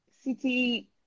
city